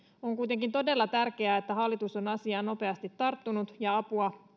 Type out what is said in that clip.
on kuitenkin todella tärkeää että hallitus on asiaan nopeasti tarttunut ja apua